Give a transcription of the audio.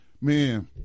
man